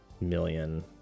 million